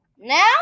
now